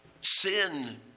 sin